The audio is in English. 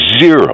zero